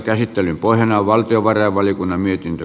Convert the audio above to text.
käsittelyn pohjana on valtiovarainvaliokunnan mietintö